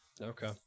Okay